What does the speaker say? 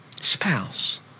spouse